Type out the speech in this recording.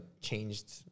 changed